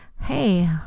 hey